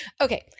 Okay